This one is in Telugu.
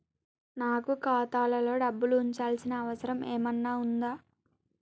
నాకు ఖాతాలో డబ్బులు ఉంచాల్సిన అవసరం ఏమన్నా ఉందా?